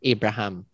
Abraham